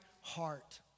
heart